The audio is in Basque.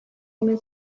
omen